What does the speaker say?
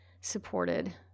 supported